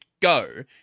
Go